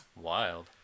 Wild